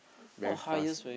very fast